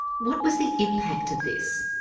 what was the impact of this?